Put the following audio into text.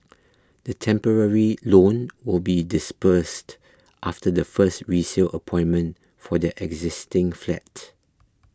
the temporary loan will be disbursed after the first resale appointment for their existing flat